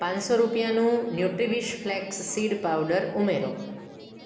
પાંચસો રૂપિયાનું Nutriwish flax seed powder ઉમેરો